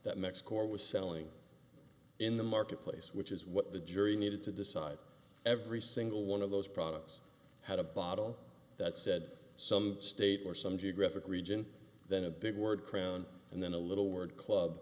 that mexico was selling in the marketplace which is what the jury needed to decide every single one of those products had a bottle that said some state or some geographic region then a big word crown and then a little word club